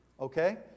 okay